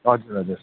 हजुर हजुर